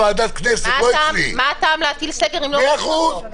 מה הטעם להפעיל סגר אם אין אכיפה?